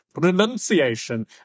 pronunciation